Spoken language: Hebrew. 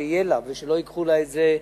שיהיה לה ושלא ייקחו לה את זה,